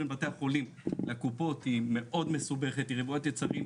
אני לא מצליחה להבין למה לא לכתוב תוספת לסל.